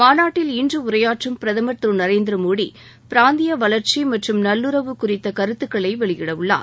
மாநாட்டில் இன்று உரையாற்றும் பிரதமர் திரு நரேந்திர மோடி பிராந்திய வளர்ச்சி மற்றும் நல்லுறவு குறித்த கருத்துக்களை வெளியிடவுள்ளார்